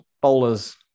bowlers